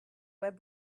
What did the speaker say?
web